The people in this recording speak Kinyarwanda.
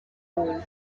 ubuntu